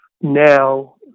Now